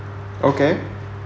okay